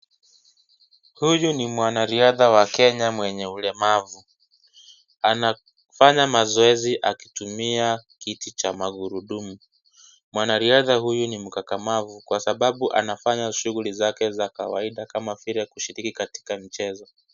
Huyu ni mwanariadha wa Kenya mwenye ulemavu anafanya mazoezi akitumia kiti cha magurudumu. Mwanariadha huyu ni mkakamavu kwa sababu anafanya shughuli zake za kawaida kama vile kushiriki katika michezo.